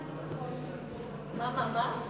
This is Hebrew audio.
מה?